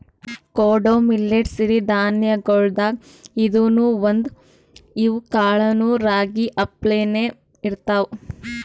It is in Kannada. ಕೊಡೊ ಮಿಲ್ಲೆಟ್ ಸಿರಿ ಧಾನ್ಯಗೊಳ್ದಾಗ್ ಇದೂನು ಒಂದು, ಇವ್ ಕಾಳನೂ ರಾಗಿ ಅಪ್ಲೇನೇ ಇರ್ತಾವ